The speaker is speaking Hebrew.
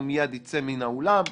הוא מייד יצא מן האולם למס'